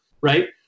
right